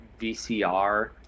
VCR